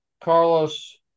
Carlos